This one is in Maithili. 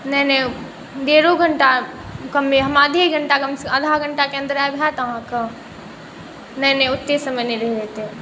नहि नहि ड़ेढो घण्टा कमे हम आधे घण्टा कमसँ आधा घण्टाके अन्दर आबि हैत अहाँके नहि नहि ओतेक समय नहि रहतै